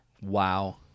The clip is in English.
wow